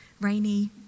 rainy